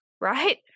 right